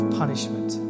punishment